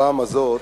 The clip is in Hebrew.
הפעם הזאת,